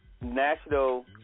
National